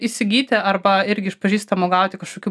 įsigyti arba irgi iš pažįstamų gauti kažkokių